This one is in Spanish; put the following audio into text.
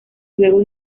luego